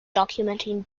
documenting